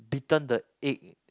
beaten the egg